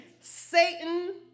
Satan